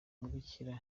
mubikira